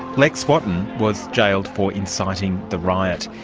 lex wotton was jailed for inciting the riot.